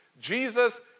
Jesus